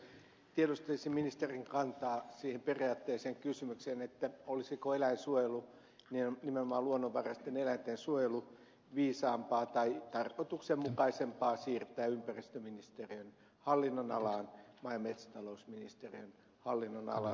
tiedustelisin ministerin kantaa siihen periaatteelliseen kysymykseen olisiko eläinsuojelu nimenomaan luonnonvaraisten eläinten suojelu viisaampaa tai tarkoituksenmukaisempaa siirtää ympäristöministeriön hallinnonalalle maa ja metsätalousministeriön hallinnonalalta